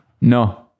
No